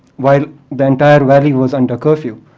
while the entire valley was under curfew.